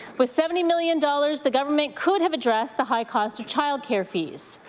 with seventy million dollars, the government could have addressed the high cost of child care fees.